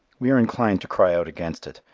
we are inclined to cry out against it,